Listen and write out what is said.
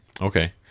Okay